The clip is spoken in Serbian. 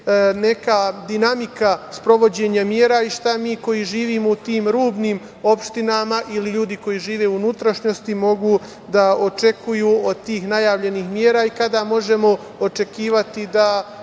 neka dinamika sprovođenja mera i šta mi koji živimo u tim rubnim opštinama ili ljudi koji žive u unutrašnjosti mogu da očekuju od tih najavljenih mera i kada možemo očekivati da